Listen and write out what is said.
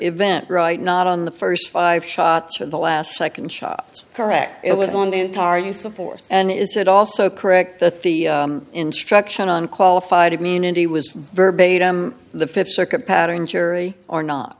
event right not on the first five shots or the last second shots correct it was on the entire use of force and is it also correct that the instruction on qualified immunity was verb a to the fifth circuit pattern jury or not